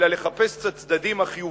אלא לחפש את הצדדים החיוביים,